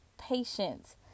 patience